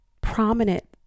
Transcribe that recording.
prominent